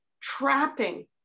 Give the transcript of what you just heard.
trapping